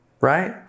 right